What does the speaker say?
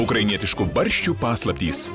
ukrainietiškų barščių paslaptys